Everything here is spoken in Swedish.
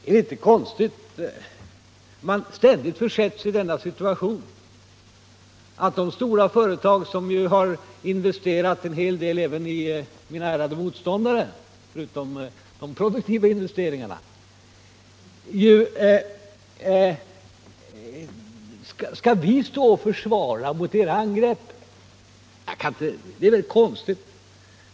Är det inte konstigt att man ständigt försätts i den situationen att vi skall försvara de stora företagen, som har investerat en hel del även i mina ärade motståndare — förutom de produktiva investeringarna —, mot era angrepp? Det är väl konstigt!